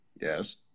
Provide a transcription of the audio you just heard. Yes